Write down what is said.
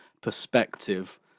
perspective